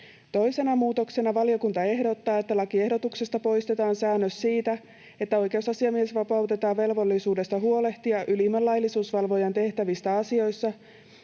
Toisena muutoksena valiokunta ehdottaa, että ”lakiehdotuksesta poistetaan säännös siitä, että oikeusasiamies vapautetaan velvollisuudesta huolehtia ylimmän laillisuusvalvojan tehtävistä asioissa,